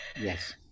Yes